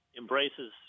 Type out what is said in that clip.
embraces